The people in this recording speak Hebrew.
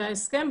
זה ההסכם,